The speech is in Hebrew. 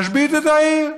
משבית את העיר,